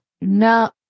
no